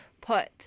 put